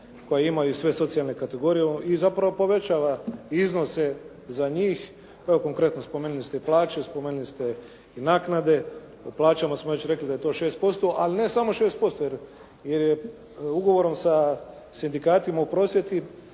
koja imaju sve socijalne kategorije i zapravo povećava iznose za njih, evo konkretno spomenuli ste plaće, spomenuli ste i naknade. O plaćama smo već rekli da je to 6%, ali ne samo 6% jer je ugovorom sa sindikatima u prosvjeti